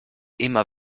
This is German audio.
immer